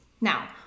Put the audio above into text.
Now